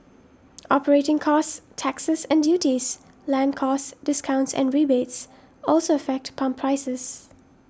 operating costs taxes and duties land costs discounts and rebates also affect pump prices